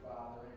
Father